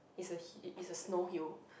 is a hi~ is the snow hill